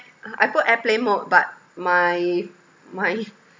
I put airplane mode but my my